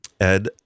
Ed